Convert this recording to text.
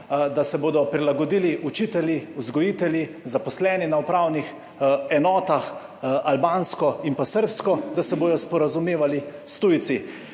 Da se bodo prilagodili učitelji, vzgojitelji, zaposleni na upravnih enotah, albansko in srbsko da se bodo sporazumevali s tujci?